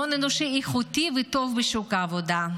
והון אנושי איכותי וטוב לשוק העבודה.